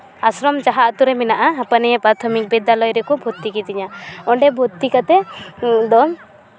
ᱟᱥᱨᱚᱢ ᱡᱟᱦᱟᱸ ᱟᱛᱳᱨᱮ ᱢᱮᱱᱟᱜᱼᱟ ᱦᱟᱹᱯᱟᱹᱱᱤᱭᱟᱹ ᱯᱨᱟᱛᱷᱚᱢᱤᱠ ᱵᱤᱫᱽᱫᱟᱞᱚᱭ ᱨᱮᱠᱚ ᱵᱷᱚᱨᱛᱤ ᱠᱤᱫᱤᱧᱟ ᱚᱸᱰᱮ ᱵᱷᱚᱨᱛᱤ ᱠᱟᱛᱮᱫ ᱫᱚ